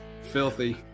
filthy